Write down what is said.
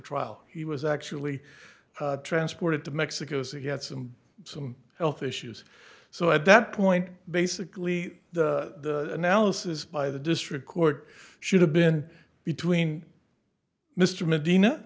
trial he was actually transported to mexico city had some some health issues so at that point basically the analysis by the district court should have been between mr medina